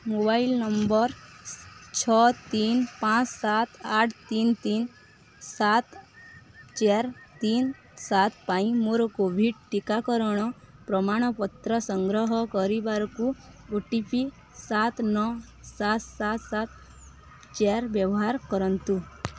mobile number ଛଅ ତିନି ପାଞ୍ଚ ସାତ ଆଠ ତିନି ତିନି ସାତ ଚାରି ତିନି ସାତ ପାଇଁ ମୋର କୋଭିଡ଼୍ ଟିକାକରଣ ପ୍ରମାଣପତ୍ର ସଂଗ୍ରହ କରିବାକୁ ଓ ଟି ପି ସାତ ନଅ ସାତ ସାତ ସାତ ଚାରି ବ୍ୟବହାର କରନ୍ତୁ